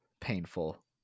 painful